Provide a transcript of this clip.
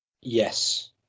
Yes